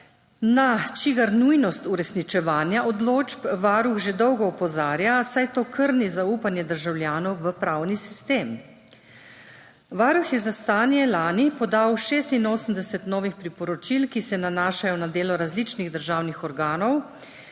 sodišča, na uresničevanje katerih Varuh že dolgo opozarja, saj to krni zaupanje državljanov v pravni sistem. Varuh je za stanje lani podal 86 novih priporočil, ki se nanašajo na delo različnih državnih organov,